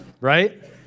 Right